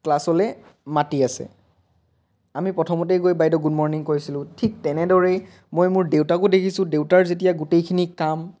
ক্লাছলৈ মাতি আছে আমি প্ৰথমতেই গৈ বাইদেউক গুড মৰ্ণিং কৈছিলোঁ ঠিক তেনেদৰেই মই মোৰ দেউতাকো দেখিছোঁ দেউতাৰ যেতিয়া গোটেইখিনি কাম